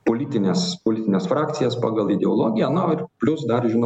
politines frakcijas pagal ideologiją na ir plius dar žinoma yra komitetai